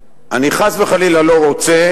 אני, חס וחלילה, לא רוצה,